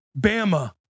Bama